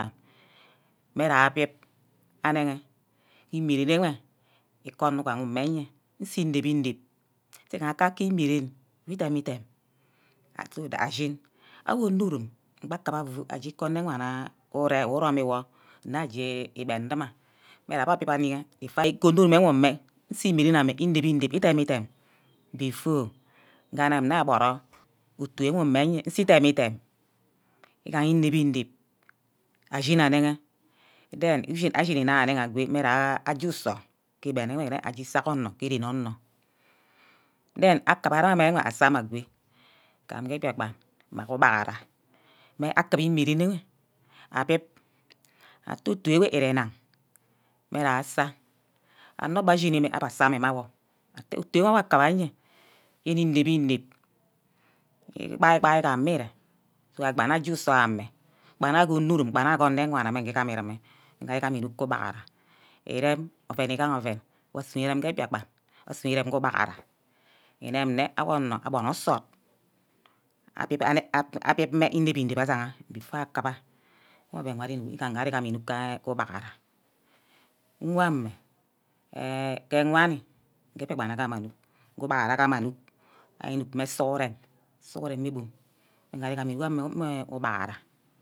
Mme ja abib anege, ime ren enwe ikoh onu ugaha enye, isi inep-inep, jagaha ka-ke ime-ren, wi demi-dem ashin, amor onorum gba kuba afu aje kubo ane-wana ure wor irome mmi wor nne aje igben duma mme aje abib aneghe gba ikundo wor umeh, isi ime-ren ame idem-idem before ga-anim nne agboroh oru woh inne-enye, isiidem-idem, igaha inep-inep ashiga anege, den ashiga anege ago ah aje usor ke igben nne weh aje usack onor ke ren onor ke igben nne weh aje usack onor ke ren onor then agurame asa mme ago gam ge mbiakpan mmageh ubaghara, mmeh akiba imeren enwe abib, atte otu ewe ere nang, mme asa, onor mme ashini mme, mme abba asame mme awor, akiba iye yene inep-inep, igbai-gbai gami ere, kuboh gba-nna aje usor ameh. gba nne geh onurum. gbe nna geh orne-wana mme nge igama urume, nge igam inuck ku ugbahara. erem oven igaha oven wor asuno irem ke mbiakpan, asuno ire ge ubaghara, inem-nne awor onor agbono nsort abib mme isangha-isangha ashiha before akiba, wor oven wor ari gam inuck ke ubaghara, nwame eh ge wanni mbiakpan agam anuck, ugbaghara agam anuck mme sughuren, sughuren ebon, wor nge ari igam inuck amin me ubaghara.